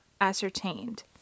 ascertained